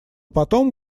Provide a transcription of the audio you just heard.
потом